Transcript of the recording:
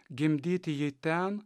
gimdyti jį ten